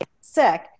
sick